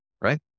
right